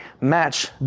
match